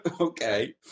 Okay